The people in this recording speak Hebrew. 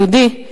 "יהודי".